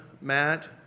Matt